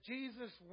Jesus